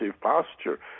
posture